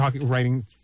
writing